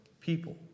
people